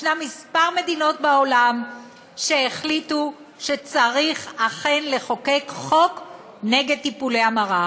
יש כמה מדינות בעולם שהחליטו שצריך אכן לחוקק חוק נגד טיפולי המרה,